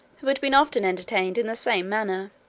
who had been often entertained in the same manner,